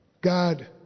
God